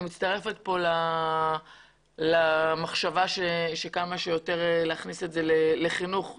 אני מצטרפת למחשבה שצריך כמה שיותר להכניס את זה לחינוך,